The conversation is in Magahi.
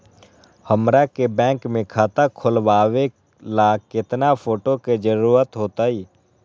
हमरा के बैंक में खाता खोलबाबे ला केतना फोटो के जरूरत होतई?